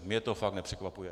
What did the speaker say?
Mě to fakt nepřekvapuje.